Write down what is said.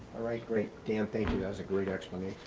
right, great. dan, thank you. that was a great explanation.